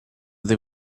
they